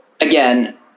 again